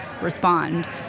respond